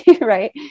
Right